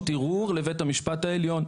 מבקשים לעשות פה